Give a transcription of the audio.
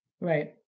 right